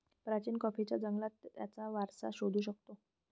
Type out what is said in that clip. प्राचीन कॉफीच्या जंगलात त्याचा वारसा शोधू शकतो